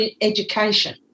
education